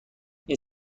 این